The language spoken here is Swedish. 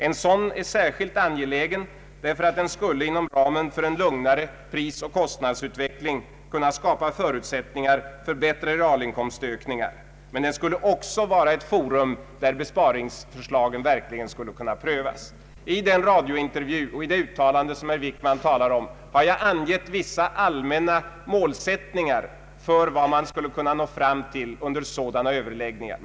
En sådan är särskilt angelägen nu. Den skulle inom ramen för en lugnare prisoch kostnadsutveckling kunna skapa förutsättningar för bättre realinkomstökningar. Men den skulle också vara ett forum där besparingsförslagen verkligen skulle kunna prövas. I den radiointervju och i de uttalanden som herr Wickman talar om har jag angett vissa allmänna målsättningar för vad man skulle kunna nå fram till under sådana överläggningar.